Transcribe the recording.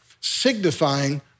signifying